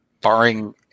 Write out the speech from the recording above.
Barring